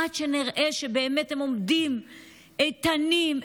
עד שנראה שהם באמת עומדים איתנים,